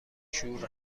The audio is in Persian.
شور